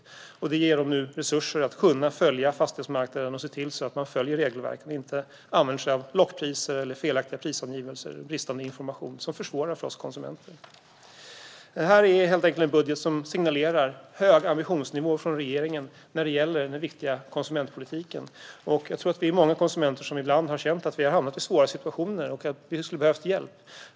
Det ger nu Fastighetsmäklarinspektionen resurser att följa fastighetsmarknaden och se till att regelverket följs. Man ska inte kunna använda sig av lockpriser, felaktiga prisangivelser och bristande information som försvårar för oss konsumenter. Det här är helt enkelt en budget som signalerar en hög ambitionsnivå från regeringen när det gäller den viktiga konsumentpolitiken. Vi är nog många konsumenter som ibland har känt att vi har hamnat i svåra situationer och att vi skulle ha behövt hjälp.